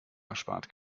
erspart